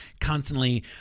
constantly